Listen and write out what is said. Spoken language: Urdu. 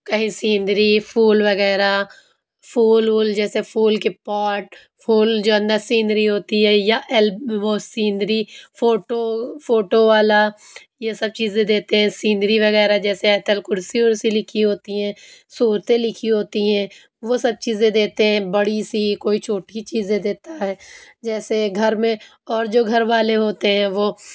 کہیں سینری پھول وغیرہ پھوول وول جیسے پھول کے پاٹ پھول جو اندر سینری ہوتی ہے یا ایل وہ سینری فوٹو فوٹو والا یہ سب چیزیں دیتے ہیں سینری وغیرہ جیسے آیت الکرسی ورسی لکھی ہوتی ہے سورتیں لکھی ہوتی ہیں وہ سب چیزیں دیتے ہیں بڑی سی کوئی چھوٹی چیزیں دیتا ہے جیسے گھر میں اور جو گھر والے ہوتے ہیں وہ